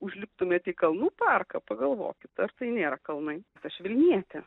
užliptumėte į kalnų parką pagalvokit ar tai nėra kalnai sušvelnėti